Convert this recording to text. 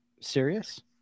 serious